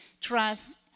trust